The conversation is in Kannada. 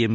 ಎಂ